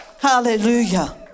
Hallelujah